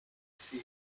see